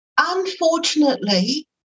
Unfortunately